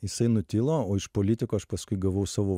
jisai nutilo o iš politikų aš paskui gavau savo